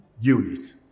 unit